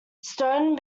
stone